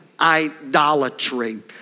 idolatry